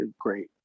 great